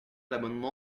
l’amendement